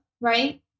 right